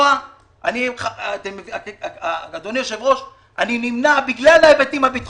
מאז שהכרתי אותך אני רואה ראש עיר שבאמת דואג לכל תושבי העיר בלי משוא